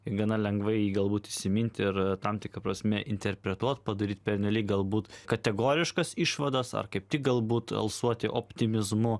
gana lengvai galbūt įsiminti ir tam tikra prasme interpretuot padaryt pernelyg galbūt kategoriškas išvadas ar kaip tik galbūt alsuoti optimizmu